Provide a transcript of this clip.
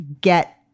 get